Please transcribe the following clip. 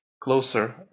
closer